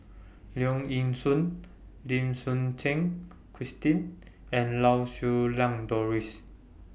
Leong Yee Soo Lim Suchen Christine and Lau Siew Lang Doris